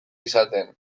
izaten